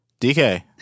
DK